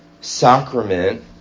sacrament